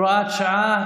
(הוראת שעה),